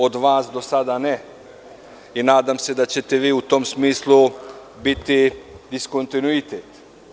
Od vas do sada ne i nadam se da ćete vi u tom smislu biti diskontinuitet.